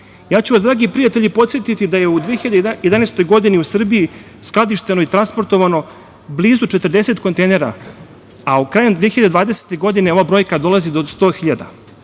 Mitrovica. Dragi prijatelji, podsetiću vas da je u 2011. godini u Srbiji skladišteno i transportovano blizu 40 kontejnera, a krajem 2020. godine ova brojka dolazi do 100.000.